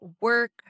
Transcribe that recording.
work